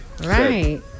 Right